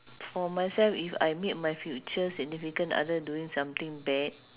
for myself if I meet my future significant other doing something bad